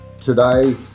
Today